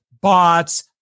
bots